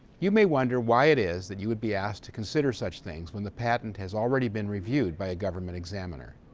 you may wonder why it is that you would be asked to consider such things when the patent has already been reviewed by a government examiner.